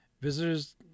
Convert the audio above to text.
Visitors